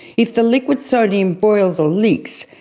if the liquid sodium boils or leaks,